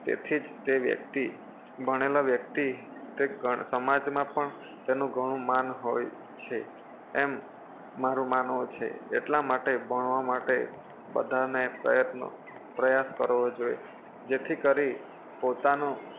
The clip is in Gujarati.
તેથી જ તે વ્યક્તિ ભણેલાં વ્યક્તિ તે ઘણ સમાજમાં પણ તેનું ઘણું માન હોય છે એમ મારું માનવું છે એટલા માટે ભણવાં માટે બધાને પ્રયત્નો પ્રયાસ કરવો જોઈએ જેથી કરી પોતાનું